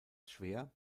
schwer